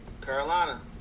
Carolina